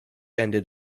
ended